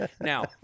Now